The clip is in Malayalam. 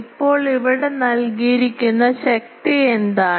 ഇപ്പോൾ ഇവിടെ നൽകിയിരിക്കുന്ന ശക്തി എന്താണ്